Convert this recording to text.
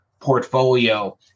portfolio